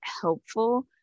helpful